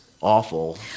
awful